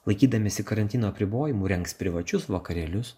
laikydamiesi karantino apribojimų rengs privačius vakarėlius